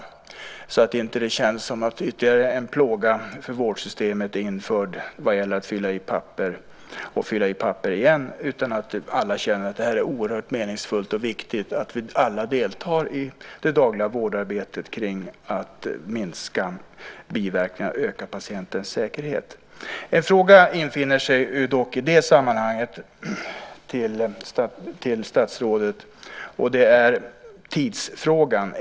Det får inte bli så att det känns som att ytterligare en plåga för vårdsystemet införs vad gäller att fylla i papper om och om igen, utan alla ska känna att det är oerhört meningsfullt och viktigt att delta i det dagliga vårdarbetet med att minska biverkningar och öka patientens säkerhet. En fråga till statsrådet infinner sig dock i det sammanhanget, och det gäller tiden.